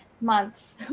months